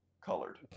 colored